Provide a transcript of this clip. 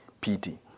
pity